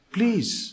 Please